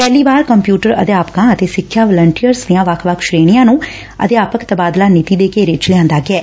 ਪਹਿਲੀ ਵਾਰ ਕੰਪਿਊਟਰ ਅਧਿਆਪਕਾਂ ਅਤੇ ਸਿੱਖਿਆ ਵੰਲਟੀਅਰਜ਼ ਦੀਆਂ ਵੱਖ ਵੱਖ ਸ਼ੇਣੀਆਂ ਨੂੰ ਅਧਿਆਪਕ ਤਬਾਦਲਾ ਨੀਤੀ ਦੇ ਘੇਰੇ ਚ ਲਿਆਦਾ ਗਿਐ